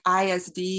ISD